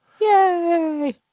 Yay